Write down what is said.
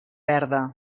verda